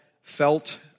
felt